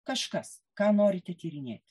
kažkas ką norite tyrinėti